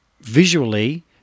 visually